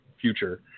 future